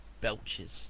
belches